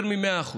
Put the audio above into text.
יותר מ-100%.